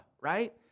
right